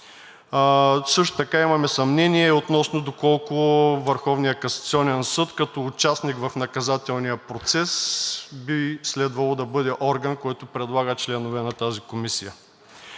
Също така имаме съмнения и относно доколко Върховният касационен съд като участник в наказателния процес би следвало да бъде орган, който предлага членове на тази комисия.